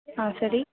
ஆ சரி